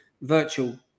virtual